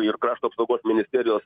ir krašto apsaugos ministerijos